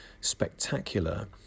spectacular